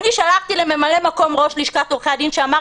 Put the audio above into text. שלחתי לממלא-מקום ראש לשכת עורכי הדין שאמר